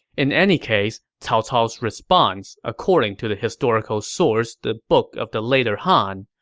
in any case, cao cao's response, according to the historical source the book of the later han,